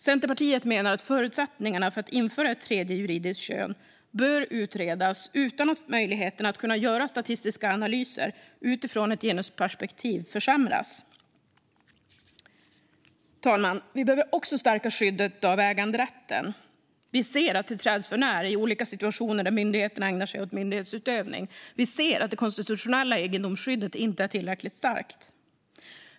Centerpartiet menar att förutsättningarna för att införa ett tredje juridiskt kön bör utredas utan att möjligheterna att göra statistiska analyser utifrån ett genusperspektiv försämras. Fru talman! Vi behöver också stärka skyddet av äganderätten. Vi ser att den träds förnär i olika situationer där myndigheter ägnar sig åt myndighetsutövning. Vi ser att det konstitutionella egendomsskyddet inte är tillräckligt starkt.